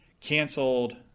canceled